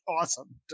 awesome